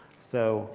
so